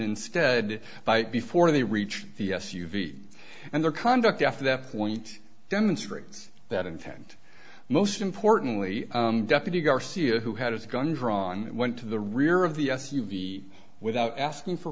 instead by before they reach the s u v and their conduct after that point demonstrates that intent most importantly deputy garcia who had his gun drawn went to the rear of the s u v without asking for